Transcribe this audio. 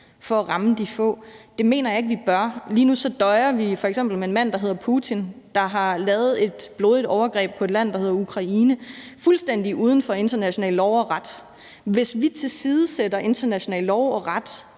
for at ramme de få? Det mener jeg ikke vi bør. Lige nu døjer vi f.eks. med en mand, der hedder Putin, og som har lavet et blodigt overgreb på et land, der hedder Ukraine, fuldstændig uden for international lov og ret. Hvis vi tilsidesætter international lov og ret,